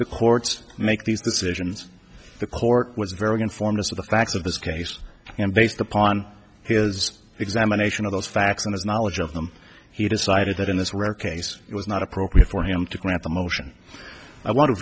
the courts make these decisions the court was very informed us of the facts of this case and based upon his examination of those facts and his knowledge of them he decided that in this rare case it was not appropriate for him to grant the motion i wa